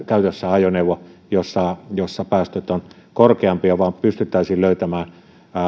käytössä ajoneuvo jossa jossa päästöt ovat korkeampia vaan pystyttäisiin löytämään